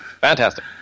Fantastic